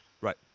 Right